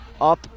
up